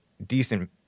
Decent